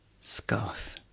Scarf